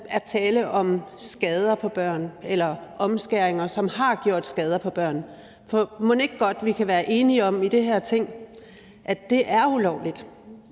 er tale om skader på børn eller omskæringer, som har gjort skader på børn. For mon ikke godt vi kan være enige om i det her Ting, at det er ulovligt,